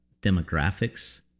demographics